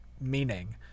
meaning